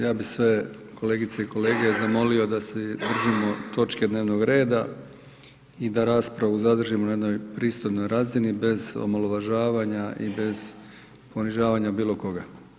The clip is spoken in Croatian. Ja bi sve kolegice i kolege zamolio da se držimo točke dnevnog reda i da raspravu zadržimo na jednoj pristojnoj razini, bez omalovažavanja i bez ponižavanja bilo koga.